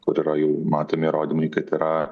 kur yra jau matomi įrodymai kad yra